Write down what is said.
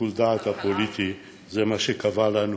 ושיקול הדעת הפוליטי זה מה שקבע לנו